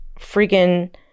freaking